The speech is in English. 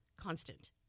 constant